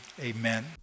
Amen